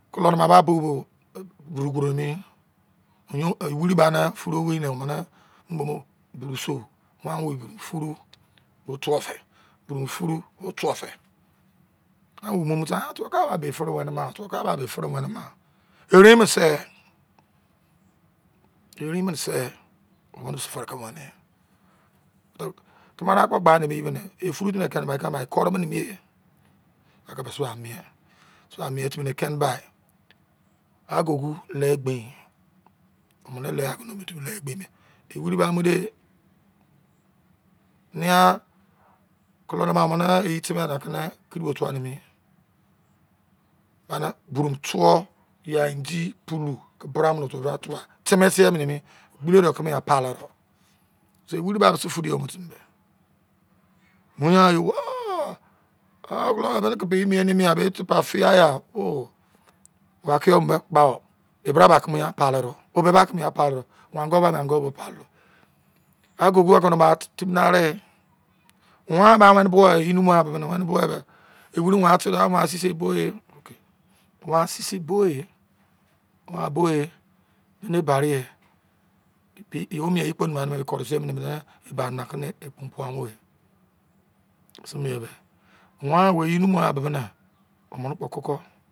Kulo nama ba bo gbodo gbodo mi wiri gba ne furo wei ne omene umum ogugu so buru furu ke ye tuwu fe buru furu ke ye tuwu fe ah tuke ba me fere mien ma erein bo se erein bo se emene furu fere ke wene tamara kpo gba ne nu mene furu timi ne kane ba kure mene mi ye eke mis bra mien timi keme gba agugu ne gbin omene mi ya ewiri ba mu de nea kolo ru amene ka ne wiri bo tuwa yerin gban ne buru tuwu yai indi puru br ko a tuwa temese mene mi gbolode keme pale do so wiri ba suo furu yo mu timi me wiyan oh emene ke ba ne yan te pai fiai oh ba iki yo me kpo e bra ba kumo yo pale do anergu pale do wan bo wene bo e wiri sei sei bo e ma sei sei bon e ene bare ye ye mien ye kpo numughan teni menen me ba omene kpo koko